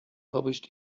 published